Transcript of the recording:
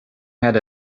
had